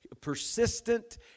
persistent